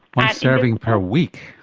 one serving per week.